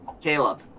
Caleb